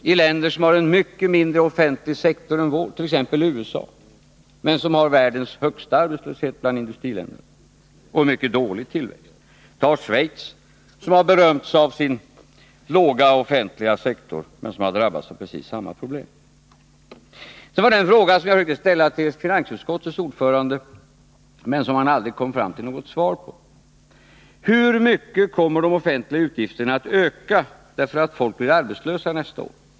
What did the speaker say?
Se på länder som har en mycket mindre offentlig sektor än vår, t.ex. USA, men som har världens högsta arbetslöshet bland industriländerna och en mycket dålig tillväxt. Och titta på Schweiz, som har berömt sig av sin låga offentliga sektor men som har drabbats av precis samma problem. Sedan var det en fråga som jag försökte ställa till finansutskottets ordförande men som han aldrig kom fram till något svar på: Hur mycket kommer de offentliga utgifterna att öka därför att folk blir arbetslösa nästa år?